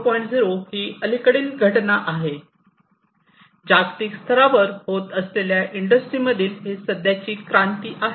0 ही अलीकडील घटना आहे जागतिक स्तरावर होत असलेल्या इंडस्ट्रीमधील ही सध्याची क्रांती आहे